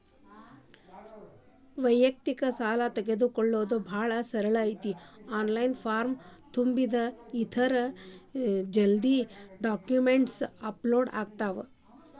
ವ್ಯಯಕ್ತಿಕ ಸಾಲಾ ತೊಗೋಣೊದ ಭಾಳ ಸರಳ ಐತಿ ಆನ್ಲೈನ್ ಫಾರಂ ತುಂಬುದ ಇರತ್ತ ಜಲ್ದಿ ಡಾಕ್ಯುಮೆಂಟ್ಸ್ ಅಪ್ಲೋಡ್ ಆಗ್ತಾವ